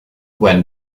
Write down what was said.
when